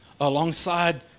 alongside